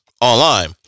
online